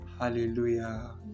Hallelujah